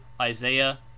Isaiah